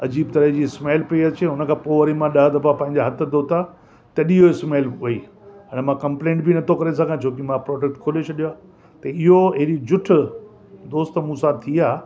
अजीब तरह जी स्मैल पई अचे हुनखां पोइ वरी मां ॾह दफ़ा पंहिंजा हथ धोता तॾहिं हूअ स्मैल वयी हाणे मां कम्पलेन बि न थो करे सघां छोकी मां प्रोडक्ट खोले छॾियो आहे त इहो अहिड़ी जुठ दोस्त मूंसां थी आहे